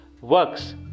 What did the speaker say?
works